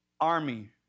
army